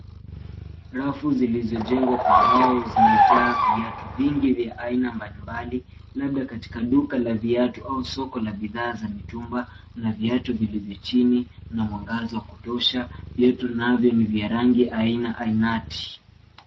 Rafu zilizojengwa kwa mbao zimejaa viatu vingi vya aina mbalimbali labda katika duka la viatu au soko la bidhaa za mitumba. Kuna viatu vilivyo chini, kuna mwangaza wa kutosha, viatu navyo ni vya rangi aina ainati.